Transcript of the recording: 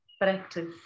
practice